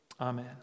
Amen